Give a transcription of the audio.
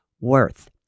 worth